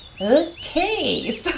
okay